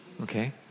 Okay